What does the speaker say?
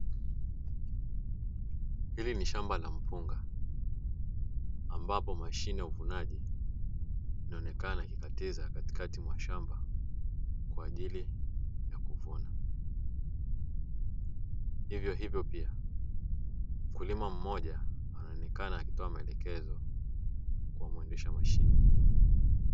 Hili ni shamba la mpunga, ambapo mashine ya uvunaji inaonekana ikikatiza katikati mwa shamba kwa ajili ya kuvuna. Hivyo hivyo pia, mkulima mmoja anaonekana akitoa maelekezo kwa mwendesha mashine hiyo.